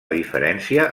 diferència